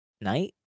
night